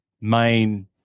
main